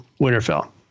Winterfell